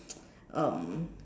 um